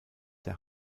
der